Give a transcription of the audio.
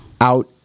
out